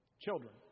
children